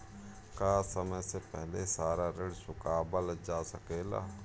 का समय से पहले सारा ऋण चुकावल जा सकेला?